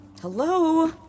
Hello